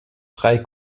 drei